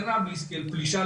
חומר,